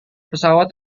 pesawat